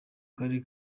karere